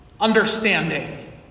understanding